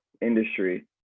industry